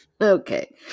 Okay